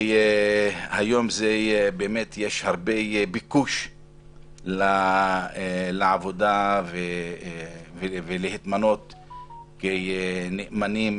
היום יש הרבה ביקוש לעבודה ולהתמנות כנאמנים,